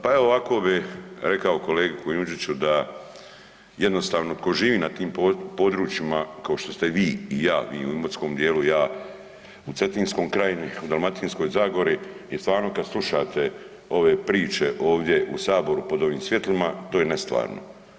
Pa evo ovako bi rekao kolegi Kujundžiću da jednostavno ko živi na tim područjima kao što ste vi i ja, vi u imotskom dijelu, ja u Cetinskoj krajini, u Dalmatinskoj zagori i stvarno kad slušate ove priče ovdje u saboru pod ovim svjetlima to je nestvarno.